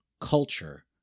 culture